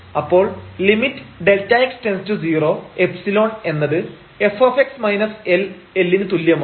അപ്പോൾ lim┬Δx→0ϵ എന്നത് f L ന് തുല്യമാവും